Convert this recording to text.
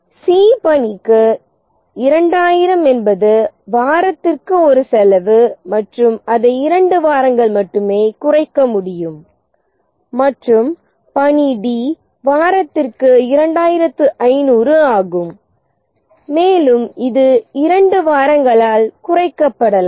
C பணிக்கு 2000 என்பது வாரத்திற்கு ஒரு செலவு மற்றும் அதை 2 வாரங்கள் மட்டுமே குறைக்க முடியும் மற்றும் பணி டி வாரத்திற்கு 2500 ஆகும் மேலும் இது 2 வாரங்களால் குறைக்கப்படலாம்